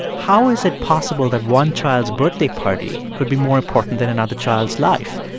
how is it possible that one child's birthday party could be more important than another child's life?